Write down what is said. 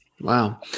Wow